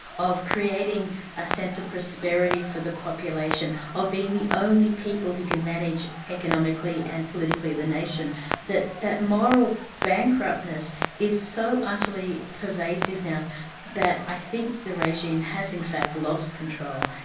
of creating a sense of prosperity for the population, of being the only people who can manage economically and politically the nation that that moral bankruptness is so utterly pervasive now that i think the regime has in fact lost control.